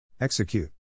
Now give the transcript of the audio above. Execute